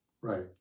right